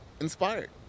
inspired